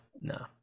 no